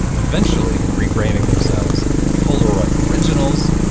eventually rebranding themselves polaroid originals,